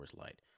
Light